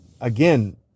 again